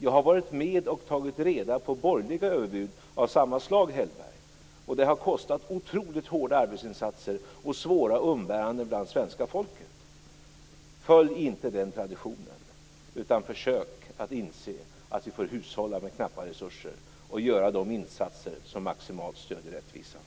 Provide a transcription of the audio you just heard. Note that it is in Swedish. Jag har varit med och tagit reda på borgerliga överbud av samma slag, Hellberg. De har kostat otroligt hårda arbetsinsatser och svåra umbäranden bland svenska folket. Följ inte den traditionen, utan försök inse att vi får hushålla med knappa resurser och göra de insatser som maximalt stöder rättvisan!